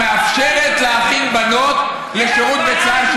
שמאפשרת להכין בנות לשירות בצה"ל,